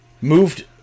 moved